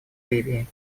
ливии